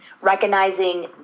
recognizing